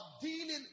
dealing